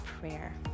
prayer